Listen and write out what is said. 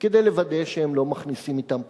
כדי לוודא שהם לא מכניסים אתם פצצה,